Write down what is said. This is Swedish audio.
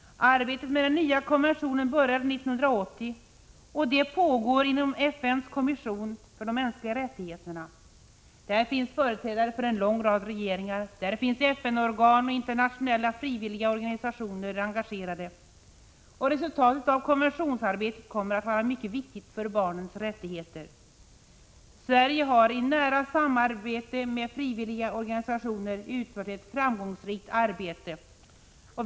Arbetet med den nya konventionen började 1980 och pågår inom FN:s kommission för de mänskliga rättigheterna. Där finns företrädare för en lång rad regeringar. Där finns FN-organ och internationella frivilliga organisationer engagerade. Resultatet av detta konventionsarbete kommer att vara mycket viktigt för barnens rättigheter. Sverige har i nära samarbete med frivilliga organisationer utfört ett framgångsrikt arbete.